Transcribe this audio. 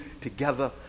together